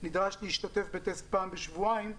נדרש להשתתף בטסט פעם בשבועיים,